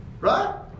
Right